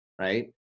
Right